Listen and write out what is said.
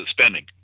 spending